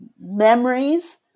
memories